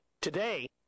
today